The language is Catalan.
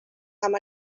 amb